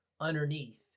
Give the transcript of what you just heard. underneath